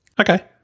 Okay